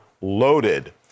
loaded